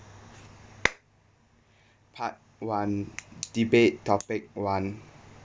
part one debate topic one